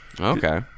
Okay